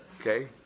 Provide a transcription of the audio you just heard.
Okay